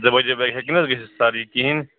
ترٛےٚ بجے بٲگۍ ہیٚکہِ نا حظ گَژھِتھ سَر یہِ کِہیٖنٛۍ